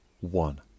ONE